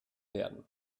werden